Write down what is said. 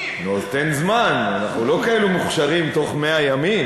תן זמן, אנחנו לא כאלה מוכשרים, בתוך 100 ימים.